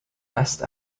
best